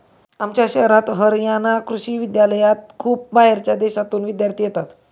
आमच्या शहरात हरयाणा कृषि विश्वविद्यालयात खूप बाहेरच्या देशांतून विद्यार्थी येतात